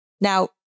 Now